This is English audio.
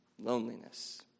Loneliness